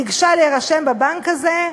ניגשה להירשם בבנק הזה.